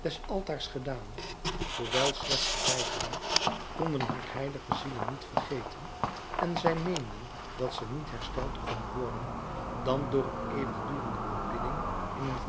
des altaars gedaan hoewel slechts voorbijgaand konden haar heilige zielen niet vergeten en zij meenden dat ze niet hersteld kon worden dan door een eeuwigdurende aanbidding in een